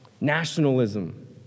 nationalism